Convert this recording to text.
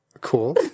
Cool